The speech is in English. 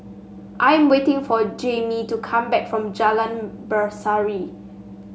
I'm waiting for Jaimie to come back from Jalan Berseri